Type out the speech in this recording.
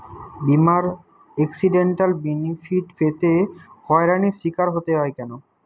বিমার accidental benefit পেতে হয়রানির স্বীকার হতে হয় কেন?